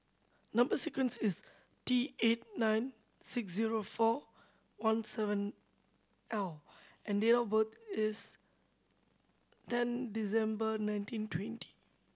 number sequence is T eight nine six zero four one seven L and date of birth is ten December nineteen twenty